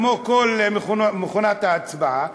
כמו כל מכונת ההצבעה,